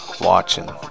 watching